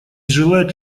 желает